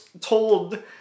told